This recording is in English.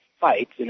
fights